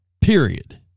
Period